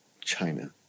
china